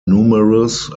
numerous